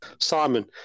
Simon